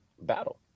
battle